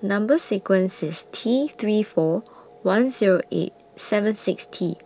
Number sequence IS T three four one Zero eight seven six T